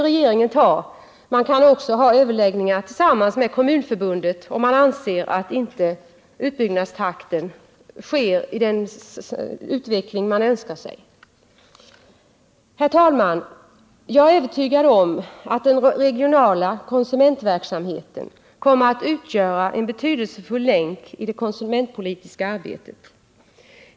Regeringen kan också ha överläggningar med Kommunförbundet, om den anser att utbyggnaden inte sker i den takt som är önskvärd. Herr talman! Jag är övertygad om att den regionala konsumentverksamheten kommer att utgöra en betydelsefull länk i det konsumentpolitiska arbetet.